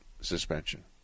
suspension